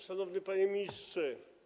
Szanowny Panie Ministrze!